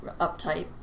uptight